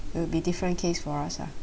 will be different case for us lah